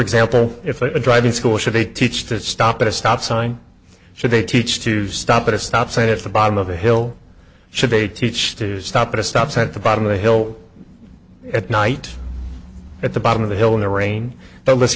example if a driving school should they teach to stop at a stop sign should they teach to stop at a stop sign at the bottom of a hill should they teach to stop at a stop sign at the bottom of the hill at night at the bottom of the hill in the rain the list